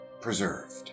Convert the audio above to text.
preserved